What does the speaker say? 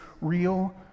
real